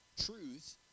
truth